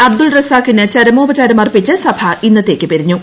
അബ്ദുൾ റസാക്കിന് ചരമോപചാരം അർപ്പിച്ച് സഭ ഇന്നത്തേക്ക് പിരിഞ്ഞു